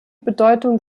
bedeutung